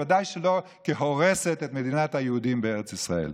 וודאי שלא כהורסת את מדינת היהודים בארץ ישראל.